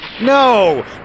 No